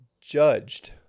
judged